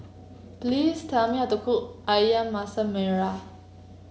please tell me how to cook ayam Masak Merah